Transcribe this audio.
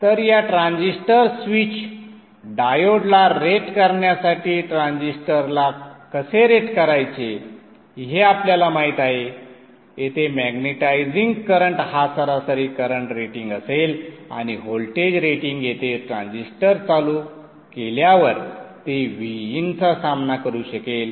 तर या transistor switch डायोडला रेट करण्यासाठी रेझिस्टरला कसे रेट करायचे हे आपल्याला माहित आहे येथे मॅग्नेटायझिंग करंट हा सरासरी करंट रेटिंग असेल आणि व्होल्टेज रेटिंग येथे ट्रान्झिस्टर चालू केल्यावर ते Vin चा सामना करू शकेल